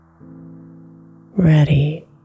ready